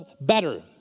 better